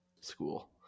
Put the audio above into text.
school